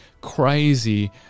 crazy